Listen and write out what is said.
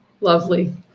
Lovely